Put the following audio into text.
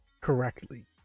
correctly